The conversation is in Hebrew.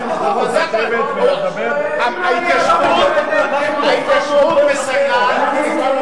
העמדה הזאת היא לא שלנו.